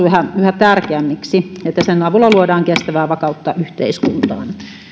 yhä tärkeämmäksi sen avulla luodaan kestävää vakautta yhteiskuntaan